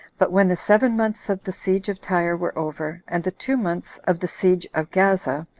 but when the seven months of the siege of tyre were over, and the two months of the siege of gaza,